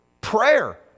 Prayer